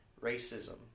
racism